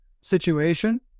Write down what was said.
situation